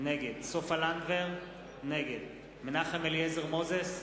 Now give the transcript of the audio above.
נגד סופה לנדבר, נגד מנחם אליעזר מוזס,